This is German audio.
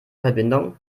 verbindung